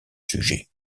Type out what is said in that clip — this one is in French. sujet